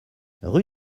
rue